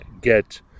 get